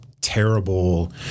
terrible